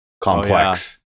complex